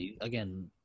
again